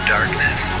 Darkness